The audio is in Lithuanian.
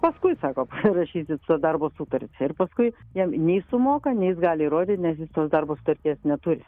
paskui sako parašysit su darbo sutartį ir paskui jam nei sumoka nei jis gali įrodyti nes jis tos darbo sutarties neturi